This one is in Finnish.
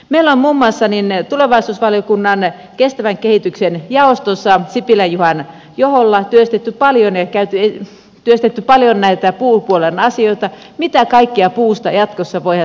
meillä on muun muassa tulevaisuusvaliokunnan kestävän kehityksen jaostossa sipilän juhan johdolla työstetty paljon näitä puupuolen asioita mitä kaikkea puusta jatkossa voidaan saada aikaiseksi